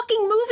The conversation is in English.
movie